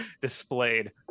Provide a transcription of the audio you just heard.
displayed